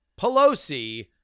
Pelosi